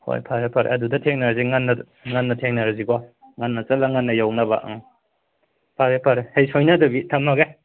ꯍꯣꯏ ꯐꯔꯦ ꯐꯔꯦ ꯑꯗꯨꯗ ꯊꯦꯡꯅꯔꯁꯤ ꯉꯟꯅ ꯉꯟꯅ ꯊꯦꯡꯅꯔꯁꯤꯀꯣ ꯉꯟꯅ ꯆꯠꯂꯒ ꯉꯟꯅ ꯌꯧꯅꯕ ꯎꯝ ꯐꯔꯦ ꯐꯔꯦ ꯍꯌꯦꯡ ꯁꯣꯏꯅꯗꯕꯤ ꯊꯝꯃꯒꯦ